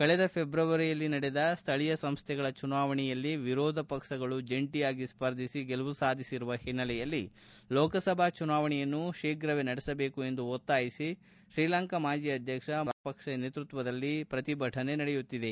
ಕಳೆದ ಫೆಬ್ರವರಿಯಲ್ಲಿ ನಡೆದ ಸ್ಥಳೀಯ ಸಂಸ್ಥೆಗಳ ಚುನಾವಣೆಯಲ್ಲಿ ವಿರೋಧಪಕ್ಷಗಳು ಜಂಟಿಯಾಗಿ ಸ್ಪರ್ಧಿಸಿ ಗೆಲುವು ಸಾಧಿಸಿರುವ ಹಿನ್ನೆಲೆಯಲ್ಲಿ ಲೋಕಾಸಭಾ ಚುನಾವಣೆಯನ್ನು ಶೀಘವೇ ನಡೆಸಬೇಕು ಎಂದು ಒತ್ತಾಯಿಸಿ ಶ್ರೀಲಂಕಾ ಮಾಜಿ ಅಧ್ಯಕ್ಷ ಮಹೀಂದ್ರ ರಾಜಪಕ್ಷ ನೇತೃತ್ವದಲ್ಲಿ ಶ್ರತಿಭಟನೆ ನಡೆಯುತ್ತಿದೆ